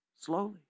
Slowly